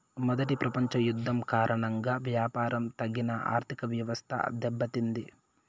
మొదటి ప్రపంచ యుద్ధం కారణంగా వ్యాపారం తగిన ఆర్థికవ్యవస్థ దెబ్బతింది